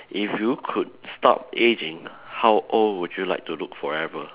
if you could stop ageing how old would you like to look forever